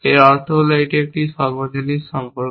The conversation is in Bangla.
এর অর্থ হল এটি একটি সর্বজনীন সম্পর্ক